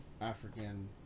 African